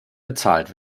bezahlt